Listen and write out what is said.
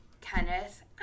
kenneth